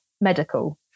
medical